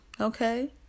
okay